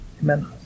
Amen